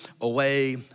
away